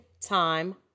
time